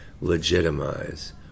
legitimize